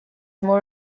more